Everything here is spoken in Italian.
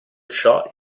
ciò